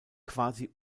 quasi